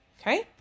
Okay